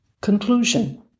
conclusion